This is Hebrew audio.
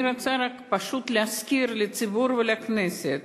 אני רוצה פשוט להזכיר לציבור ולכנסת,